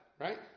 right